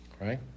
right